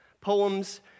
Poems